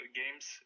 games